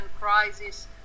crisis